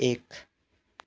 एक